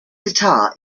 sitar